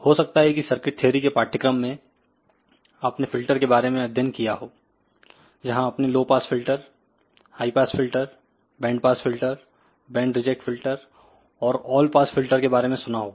हो सकता है की सर्किट थ्योरी के पाठ्यक्रम में आपने फिल्टर के बारे में अध्ययन किया हो जहां आपने low pass filter high pass filter band pass filter band reject filter और ऑल पास फिल्टर के बारे में सुना होगा